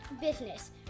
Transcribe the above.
business